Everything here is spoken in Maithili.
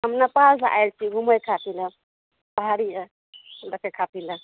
नेपालसँ आयल छी घुमै खातिर लए पहाड़ी देखै खातिर लए